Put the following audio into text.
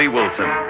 Wilson